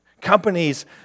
Companies